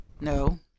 No